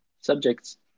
subjects